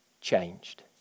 changed